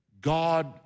God